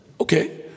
Okay